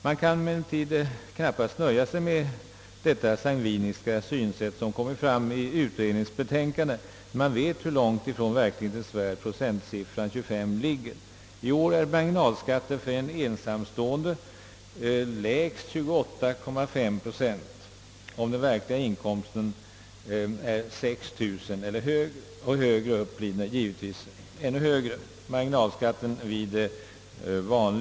Man kan knappast nöja sig med det sangviniska synsätt som framkommer i utredningens betänkande, när man vet hur långt ifrån verklighetens värld procentsiffran 25 ligger. I år är marginalskatten för ensamstående lägst 28,5 procent, om den verkliga inkomsten utgör 6 000 kronor eller däröver. I högre inkomstlägen blir marginalskatten givetvis större.